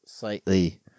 Slightly